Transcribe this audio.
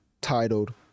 titled